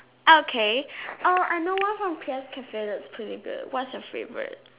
okay oh I know one from PS cafe that's pretty good what's your favourite